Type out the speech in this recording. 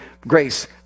grace